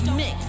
mix